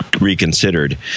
reconsidered